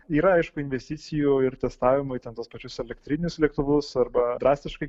ir aišku investicijų ir testavimai ten tuos pačius elektrinius lėktuvus arba drastiškai